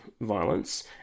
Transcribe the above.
violence